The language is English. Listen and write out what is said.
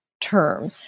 term